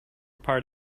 part